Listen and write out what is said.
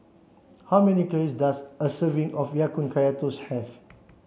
how many calories does a serving of Ya Kun Kaya Toast have